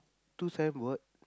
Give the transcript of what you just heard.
two signboard